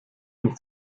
und